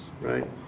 right